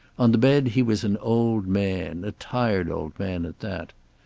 on the bed he was an old man, a tired old man at that.